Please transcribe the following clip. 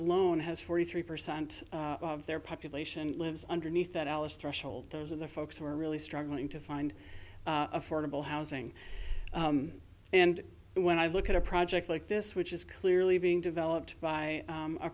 alone has forty three percent of their population lives underneath that alice threshold those are the folks who are really struggling to find affordable housing and when i look at a project like this which is clearly being developed by